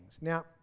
Now